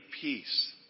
peace